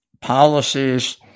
policies